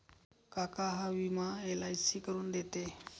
काका हा विमा एल.आय.सी करून देते